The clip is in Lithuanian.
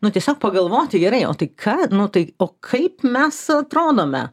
nu tiesiog pagalvoti gerai o tai ką nu tai o kaip mes atrodome